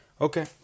Okay